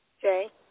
Jay